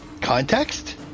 context